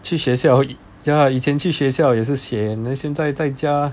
去学校 ya 以前去学校也是 sian then 现在在家